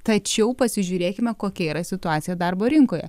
tačiau pasižiūrėkime kokia yra situacija darbo rinkoje